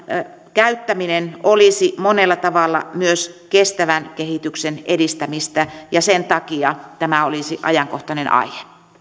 käyttäminen olisi monella tavalla myös kestävän kehityksen edistämistä ja sen takia tämä olisi ajankohtainen aihe